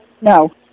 No